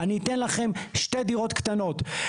אני אתן לכם שתי דירות קטנות.